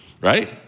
right